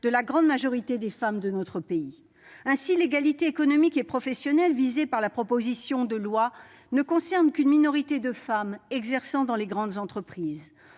de la grande majorité des femmes de notre pays. Ainsi, l'égalité économique et professionnelle visée par la proposition de loi ne concerne qu'une minorité de femmes, celles qui exercent leur activité dans les grandes entreprises.